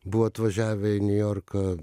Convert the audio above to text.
buvo atvažiavę į niujorką